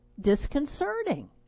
disconcerting